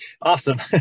awesome